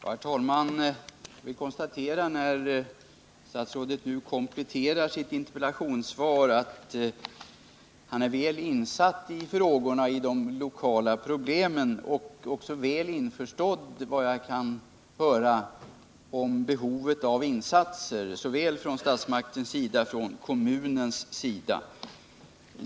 Herr talman! Vi konstaterar, när statsrådet nu kompletterar sitt interpellationssvar, att han är väl insatt i frågorna och de lokala problemen och efter vad jag kan höra också väl införstådd med att det behövs insatser från såväl statens som kommunens sida.